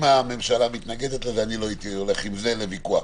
אם הממשלה מתנגדת, לא הייתי הולך עם זה לוויכוח.